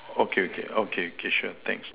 okay okay okay okay sure thanks